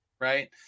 right